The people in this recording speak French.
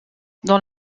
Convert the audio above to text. dans